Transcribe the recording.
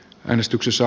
menestyksessä